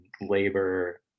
labor